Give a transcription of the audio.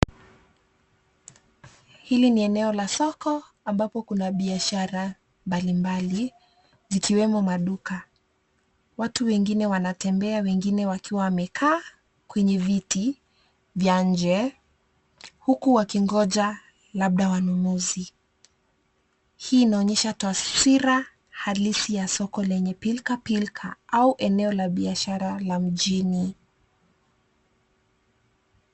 Hili ni eneo la soko ambapo kuna biashara mbalimbali zikiwemo maduka. Watu wengine wanatembea wengine wakiwa wamekaa kwenye viti vya nje huku wakingoja labda wanunuzi. Hii inaonyesha taswira halisi ya soko lenye pilkapilka au eneo la biashara la mjini.